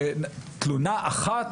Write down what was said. תלונה אחת.